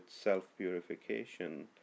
self-purification